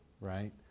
right